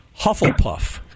Hufflepuff